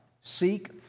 seek